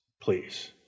please